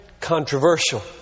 controversial